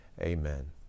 Amen